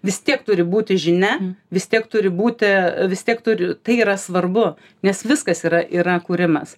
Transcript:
vis tiek turi būti žinia vis tiek turi būti vistiek turi tai yra svarbu nes viskas yra yra kūrimas